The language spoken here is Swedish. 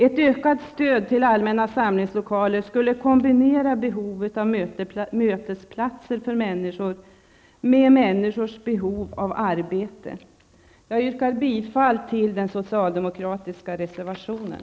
Ett ökat stöd till allmänna samlingslokaler skulle tillfredsställa både behovet av mötesplatser för människor och människors behov av arbete. Jag yrkar bifall till den socialdemokratiska reservationen.